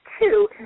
two